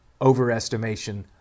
overestimation